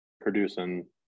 producing